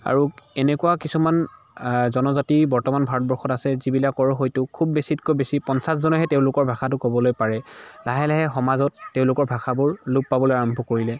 আৰু এনেকুৱা কিছুমান জনজাতি বৰ্তমান ভাৰতবৰ্ষত আছে যিবিলাকৰ হয়তো খুব বেছিতকৈ বেছি পঞ্চাছজনেহে তেওঁলোকৰ ভাষাটো ক'বলৈ পাৰে লাহে লাহে সমাজত তেওঁলোকৰ ভাষাবোৰ লোপ পাবলৈ আৰম্ভ কৰিলে